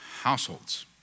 Households